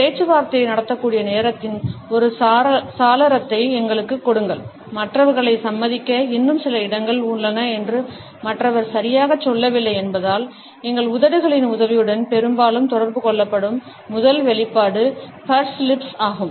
பேச்சுவார்த்தை நடத்தக்கூடிய நேரத்தின் ஒரு சாளரத்தை எங்களுக்குக் கொடுங்கள் மற்றவர்களைச் சம்மதிக்க இன்னும் சில இடங்கள் உள்ளன என்று மற்றவர் சரியாகச் சொல்லவில்லை என்பதால் உதடுகளின் உதவியுடன் பெரும்பாலும் தொடர்பு கொள்ளப்படும் முதல் வெளிப்பாடு பர்ஸ் லிப்ஸ் ஆகும்